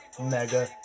mega